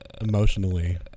emotionally